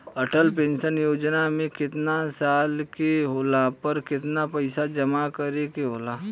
Atal pension Yojana मे केतना साल के होला पर केतना पईसा जमा करे के होई?